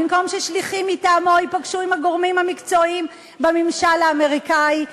במקום ששליחים מטעמו ייפגשו עם הגורמים המקצועיים בממשל האמריקני,